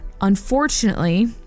Unfortunately